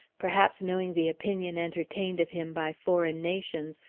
perhaps knowing the opinion entertained of him by foreign nations,